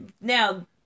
now